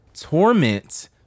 torment